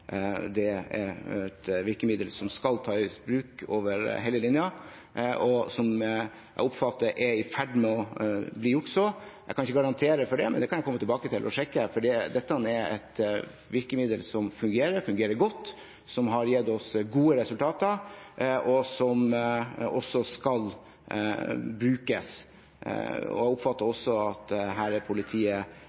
Det er et virkemiddel som skal tas i bruk over hele linjen, og jeg oppfatter at det er i ferd med å bli gjort. Jeg kan ikke garantere det, men det kan jeg sjekke. Dette er et virkemiddel som fungerer godt, som har gitt oss gode resultater, og som også skal brukes. Jeg oppfatter det slik at politiet selv er